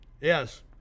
Yes